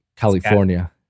California